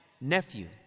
Nephew